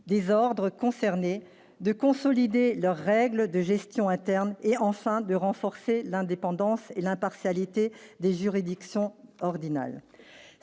désordre concernés de consolider leurs règles de gestion interne et enfin de renforcer l'indépendance et l'impartialité de juridiction ordinale